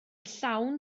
llawn